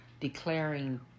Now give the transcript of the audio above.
declaring